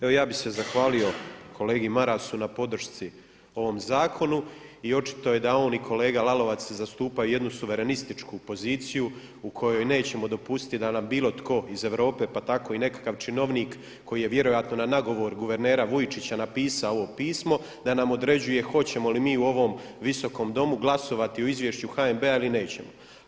Evo ja bih se zahvalio kolegi Marasu na podršci ovom zakonu i očito je da on i kolega Lalovac zastupaju jednu suverenističku poziciju u kojoj nećemo dopustiti da nam bilo tko iz Europe pa tako i nekakav činovnik koji je vjerojatno na nagovor guvernera Vujčića napisao ovo pismo da nam određuje hoćemo li mi u ovom Visokom domu glasovati o izvješću HNB-a ili nećemo.